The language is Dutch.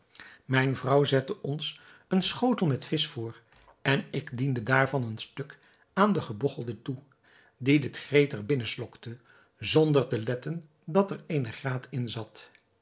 mijne vrouw zette ons een schotel met visch voor en ik diende daarvan een stuk aan den gebogchelde toe die dit gretig binnenslokte zonder te letten dat er eene graat in zat